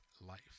Life